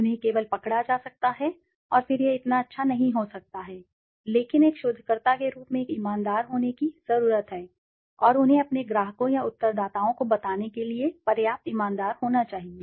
उन्हें केवल पकड़ा जा सकता है और फिर यह इतना अच्छा नहीं हो सकता है लेकिन एक शोधकर्ता के रूप में एक ईमानदार होने की जरूरत है और उन्हें अपने ग्राहकों या उत्तरदाताओं को बताने के लिए पर्याप्त ईमानदार होना चाहिए